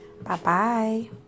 Bye-bye